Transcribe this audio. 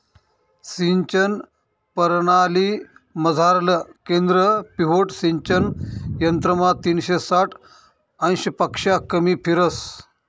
सिंचन परणालीमझारलं केंद्र पिव्होट सिंचन यंत्रमा तीनशे साठ अंशपक्शा कमी फिरस